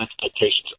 expectations